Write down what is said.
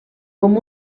com